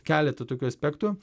keletą tokių aspektų